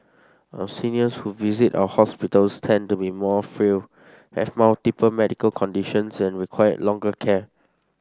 our seniors who visit our hospitals tend to be more frail have multiple medical conditions and require longer care